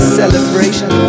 celebration